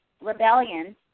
Rebellion